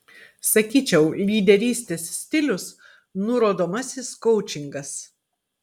sakyčiau lyderystės stilius nurodomasis koučingas